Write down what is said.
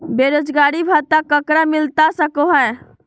बेरोजगारी भत्ता ककरा मिलता सको है?